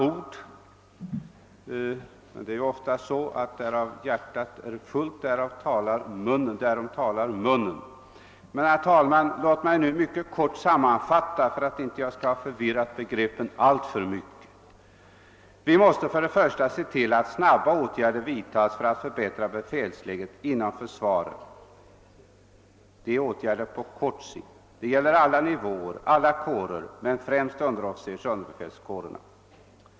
men det är ju ofta så, att varav hjärtat är fullt talar munnen. Men, herr talman, låt mig nu mycket kort sammanfatta för att jag inte skall förvirra begreppen för någon. Vi måste för det första se till att åtgärder snabbt vidtas för att förbättra befälsläget inom försvaret. Det gäller åtgärder på kort sikt, det gäller alla nivåer, alla kårer, men främst underofficersoch underbefälskårerna.